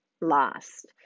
last